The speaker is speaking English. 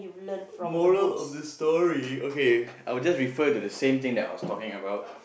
moral of the story okay I will just refer to the same thing that I was talking about